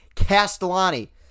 Castellani